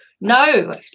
No